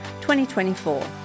2024